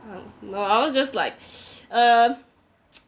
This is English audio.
I know I was just like err